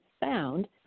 found